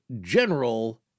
general